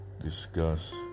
Discuss